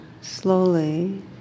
slowly